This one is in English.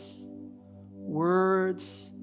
words